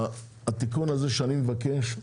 העלות של התיקון הזה שאני מבקש,